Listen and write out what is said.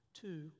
Two